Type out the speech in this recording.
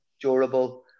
durable